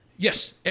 Yes